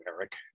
Eric